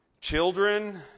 Children